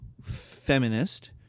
feminist